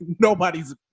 nobody's